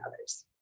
others